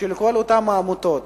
של כל אותן העמותות